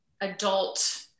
adult